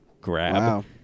grab